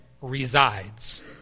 resides